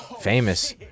famous